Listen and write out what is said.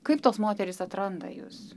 kaip tos moterys atranda jus